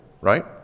right